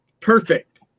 Perfect